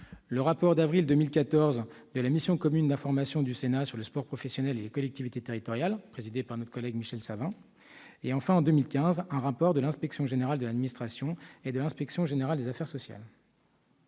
le rapport d'avril 2014 de la mission commune d'information du Sénat sur le sport professionnel et les collectivités territoriales, présidée par notre collègue Michel Savin, et un rapport publié en 2015 par l'Inspection générale de l'administration, l'IGA, et l'Inspection générale des affaires sociales,